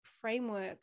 framework